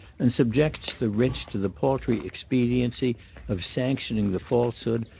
and subjects the rich to the paltry expediency of sanctioning the falsehood,